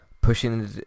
pushing